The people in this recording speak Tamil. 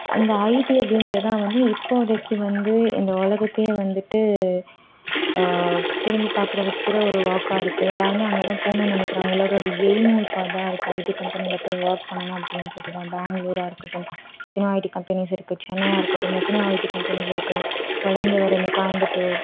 அந்த ஐடி அப்படின்ற தான் வந்து இப்போதைக்கு வந்து இந்த உலகத்தையே வந்துட்டு திரும்பி பார்க்குற வைக்கிற ஒரு வாக்கா இருக்கு எல்லாருமே அங்கே தான் போகணுன்னு நினைக்கிறாங்க எல்லாரோட எய்மும் இப்போ அதுதான் இருக்குது ஐடி கம்பெனியில் போய் ஒர்க் பண்ணணும் அப்படின்றதுதான் பெங்களூரா இருக்கட்டும் எத்தனையோ ஐடி கம்பெனிஸ் இருக்குது சென்னையா இருக்கட்டும் எத்தனயோ ஐடி கம்பெனிஸ் இருக்குது வளர்ந்து வர இந்த கோயம்புத்தூர்